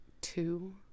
Two